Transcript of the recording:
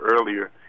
earlier